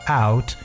out